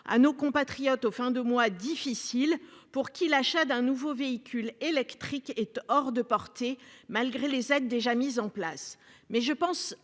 à nos compatriotes aux fins de mois difficiles, pour qui l'achat d'un nouveau véhicule électrique est hors de portée. Malgré les aides déjà mises en place mais je pense